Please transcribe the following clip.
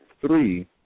three